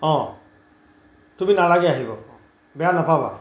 অঁ তুমি নালাগে আহিব বেয়া নেপাবা